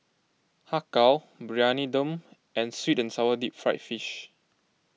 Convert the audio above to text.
Har Kow Briyani Dum and Sweet and Sour Deep Fried Fish